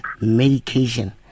medication